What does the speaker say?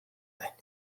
байна